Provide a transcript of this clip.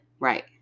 Right